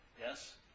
Yes